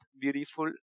beautiful